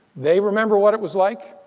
they remember what it was like,